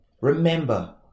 Remember